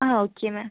okay ma'am